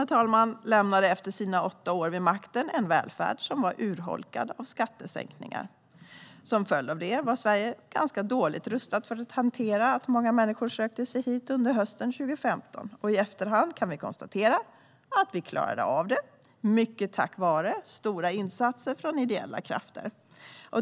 Alliansen lämnade efter sina åtta år vid makten en välfärd som var urholkad av skattesänkningar. Som en följd av det var Sverige ganska dåligt rustat för att hantera att många människor sökte sig hit under hösten 2015. I efterhand kan vi konstatera att vi klarade av det, mycket tack vare stora insatser från ideella krafter.